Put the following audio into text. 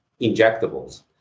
injectables